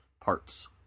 parts